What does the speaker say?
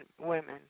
women